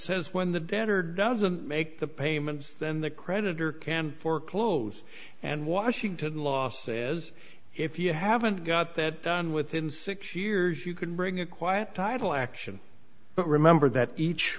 says when the debtor doesn't make the payments then the creditor can foreclose and washington law says if you haven't got that done within six years you could bring a quiet title action but remember that each